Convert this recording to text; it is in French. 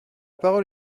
parole